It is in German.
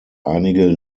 einige